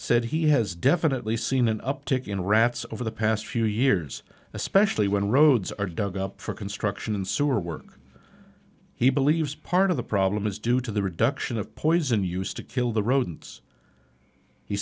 said he has definitely seen an uptick in rats over the past few years especially when roads are dug up for construction and sewer work he believes part of the problem is due to the reduction of poison used to kill the rodents he